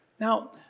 Now